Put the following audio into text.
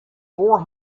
four